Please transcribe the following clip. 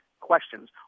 questions